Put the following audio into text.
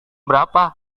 berapa